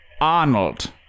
Arnold